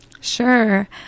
Sure